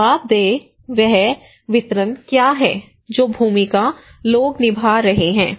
जवाबदेह वह वितरण क्या है जो भूमिका लोग निभा रहे हैं